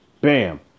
Bam